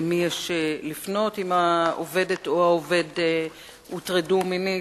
למי יש לפנות אם העובדת או העובד הוטרדו מינית,